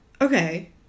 Okay